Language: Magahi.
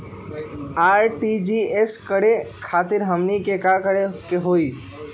आर.टी.जी.एस करे खातीर हमनी के का करे के हो ई?